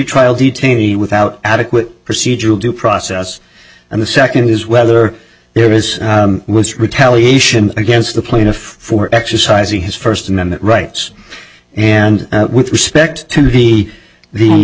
pretrial detainee without adequate procedural due process and the second is whether there is was retaliation against the plaintiff for exercising his first amendment rights and with respect to be the